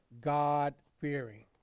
God-fearing